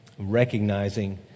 recognizing